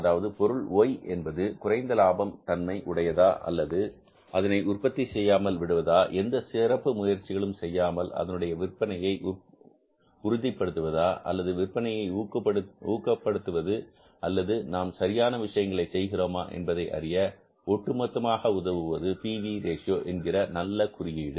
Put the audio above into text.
அதாவது பொருள் Y என்பது குறைந்த லாபம் தன்மை உடையதா அல்லது அதனை உற்பத்தி செய்யாமல் விடுவதா எந்த சிறப்பு முயற்சிகளும் செய்யாமல் அதனுடைய விற்பனையை உறுதிப்படுத்துவதா அல்லது விற்பனையை ஊக்கப்படுத்துவது அல்லது நாம் சரியான விஷயங்களை செய்கிறோமா என்பதை அறிய ஒட்டுமொத்தமாக உதவுவது பி வி ரேஷியோ என்கிற நல்ல குறியீடு